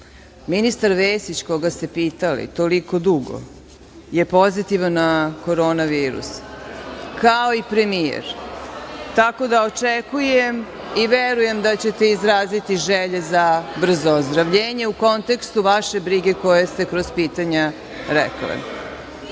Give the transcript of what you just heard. Vesić, koga ste pitali toliko dugo, je pozitivan na korona virus, kao i premijer, tako da očekujem i verujem da ćete izraziti želje za brzo ozdravljenje u kontekstu vaše brige koje ste kroz pitanja